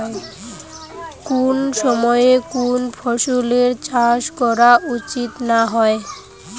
কুন সময়ে কুন ফসলের চাষ করা উচিৎ না হয়?